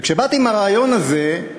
וכשבאתי עם הרעיון הזה,